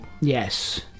Yes